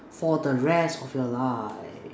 for the rest of your life